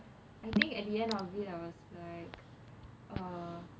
I think at the end of it I was like uh